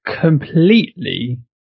completely